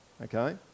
Okay